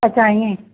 अच्छा इएं